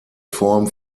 form